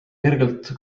kergelt